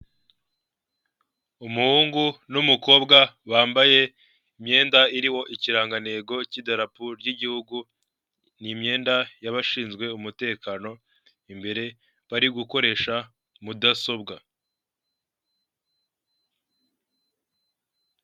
Umuhungu n'umukobwa bamaye imyenda iriho ikirangantego k'idarapo ry'igihugu. Ni imyenda y'abashinzwe umutekano imbere bari gukoresha mudasobwa.